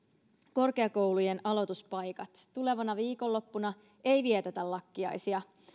korkeakoulujen aloituspaikat tulevana viikonloppuna ei vietetä lakkiaisia